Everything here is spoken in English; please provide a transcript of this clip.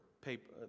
paper